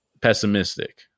pessimistic